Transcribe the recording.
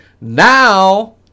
now